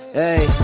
hey